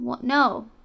no